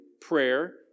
prayer